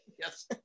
Yes